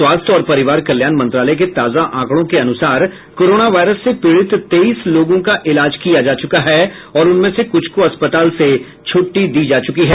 स्वास्थ्य और परिवार कल्याण मंत्रालय के ताजा आंकडों के अनुसार कोरोना वायरस से पीड़ित तेईस लोगों का इलाज किया जा चुका है और उनमें से कुछ को अस्पताल से छुट्टी दी जा चुकी है